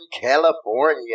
California